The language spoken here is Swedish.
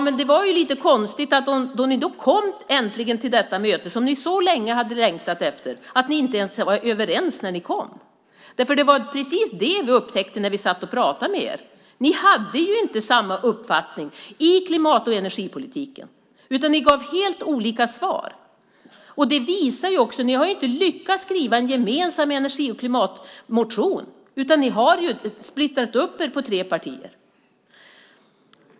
Men det var lite konstigt när ni äntligen kom till detta möte som ni så länge hade längtat efter att ni inte var överens när ni kom. För det var precis det som vi upptäckte när vi satt och pratade med er. Ni hade inte samma uppfattning i klimat och energipolitiken, utan ni gav helt olika svar. Ni har inte lyckats skriva en gemensam energi och klimatmotion. Ni har splittrat upp er på tre partier.